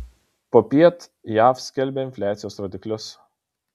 popiet jav skelbia infliacijos rodiklius